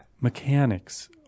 mechanics